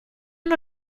non